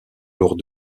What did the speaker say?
lors